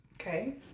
Okay